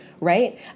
right